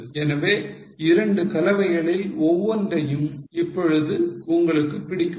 எனவே இரண்டு கலவைகளில் ஒவ்வொன்றையும் இப்பொழுது உங்களுக்கு பிடிக்குமா